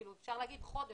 אפשר להגיד חודש,